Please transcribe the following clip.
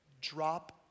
drop